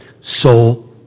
soul